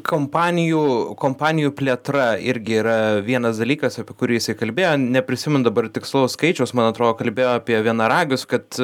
kompanijų kompanijų plėtra irgi yra vienas dalykas apie kurį jisai įkalbėjo neprisimenu dabar tikslaus skaičiaus man atrodo kalbėjo apie vienaragius kad